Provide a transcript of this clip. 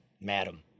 Madam